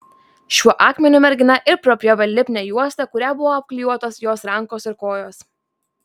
šiuo akmeniu mergina ir prapjovė lipnią juostą kuria buvo apklijuotos jos rankos ir kojos